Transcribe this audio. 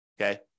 Okay